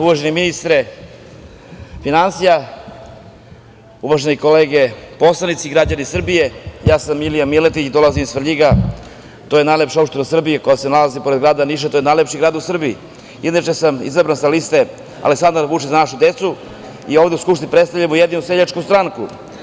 Uvaženi ministre finansija, uvažene kolege poslanici, građani Srbije, ja sam Milija Miletić, dolazim iz Svrljiga, to je najlepša opština u Srbiji, koja se nalazi pored grada Niša, to je najlepši grad u Srbiji. inače sam izabran sa liste Aleksandar Vučić – Za našu decu i ovde u Skupštini predstavljan Ujedinjenu seljaku stranku.